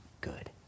good